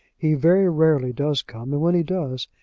he very rarely does come, and when he does,